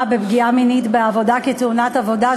בפגיעה מינית בעבודה כתאונת עבודה,